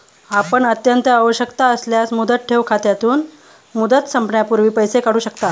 आपण अत्यंत आवश्यकता असल्यास मुदत ठेव खात्यातून, मुदत संपण्यापूर्वी पैसे काढू शकता